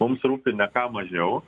mums rūpi ne ką mažiau